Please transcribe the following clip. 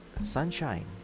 sunshine